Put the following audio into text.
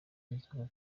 inzoka